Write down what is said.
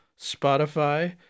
Spotify